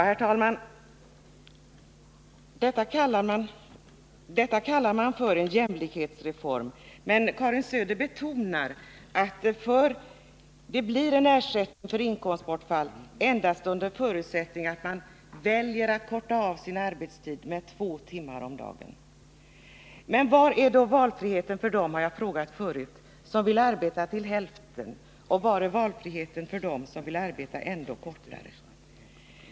Herr talman! Detta kallar man för en jämlikhetsreform. Men Karin Söder betonar att det blir i enlighet med inkomstbortfallsprincipen endast under förutsättning att man väljer att förkorta arbetstiden med två timmar per dag. Var finns valfriheten för dem som vill arbeta till hälften, och var finns valfriheten för dem som vill arbeta ännu kortare tid?